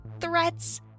threats